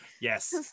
Yes